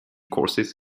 courses